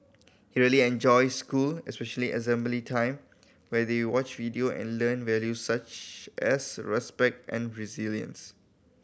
he really enjoys school especially assembly time where they watch video and learn values such as respect and resilience